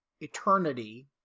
eternity